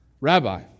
Rabbi